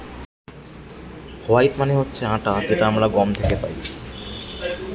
wheat মানে হচ্ছে আটা যেটা আমরা গম থেকে পাই